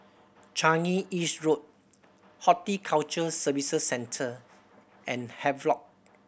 Changi East Road Horticulture Services Centre and Havelock